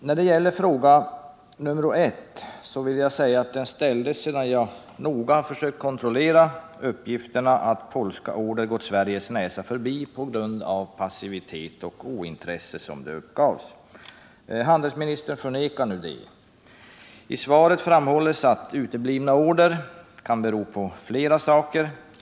När det gäller min första fråga vill jag säga att den ställdes sedan jag noga kontrollerat uppgifterna att polska order gått vår näsa förbi på grund av passivitet och ointresse. Handelsministern förnekar nu detta. I svaret framhålls att uteblivna order kan bero på flera saker.